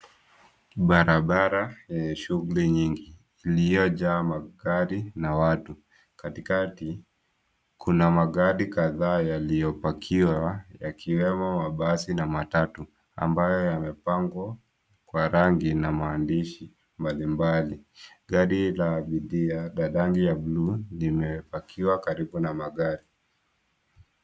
Barabara enye shuguli nyingi iliyojaa magari na watu. Katikati kuna magari kadhaa yaliyopakiwa yakiwemo mabasi na matatu ambayo yamepangwa kwa rangi na maandishi mbalimbali, gari la abiria la rangi ya buluu limepakiwa karibu na magari.